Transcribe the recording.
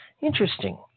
Interesting